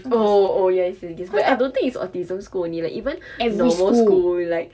oh oh yes I don't think it's autism school only leh even normal school like